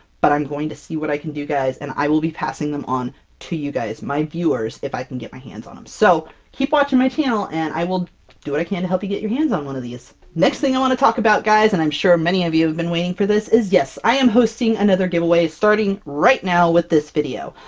but i'm going to see what i can do, guys, and i will be passing them on to you guys, my viewers, if i can get my hands on them! so keep watching my channel and i will do what i can to help you get your hands on one of these! next thing i want to talk about guys, and i'm sure many of you have been waiting for this, is yes, i am hosting another giveaway, starting right now with this video!